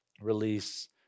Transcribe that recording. release